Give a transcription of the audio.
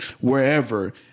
wherever